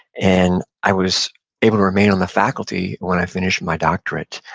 and i was able to remain on the faculty when i finished my doctorate.